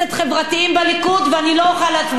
ואני לא אוכל להצביע בעד הצעת החוק הזאת.